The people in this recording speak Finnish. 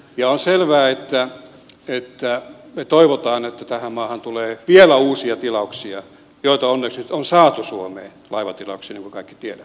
on selvää että me toivomme että tähän maahan tulee vielä uusia tilauksia joita onneksi nyt on saatu suomeen laivatilauksia niin kuin kaikki tiedämme